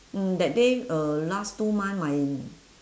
mm that day uh last two month my